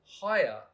higher